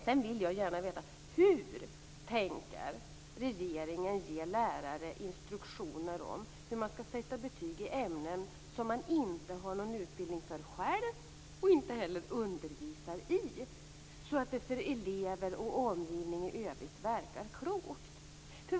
Sedan vill jag gärna veta hur regeringen tänker ge lärare instruktioner om hur betyg skall sättas i ämnen som de själva inte har utbildning för, och som de inte heller undervisar i, så att det för elever och omgivningen i övrigt verkar klokt.